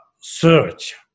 search